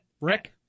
Rick